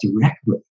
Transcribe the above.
directly